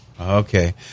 Okay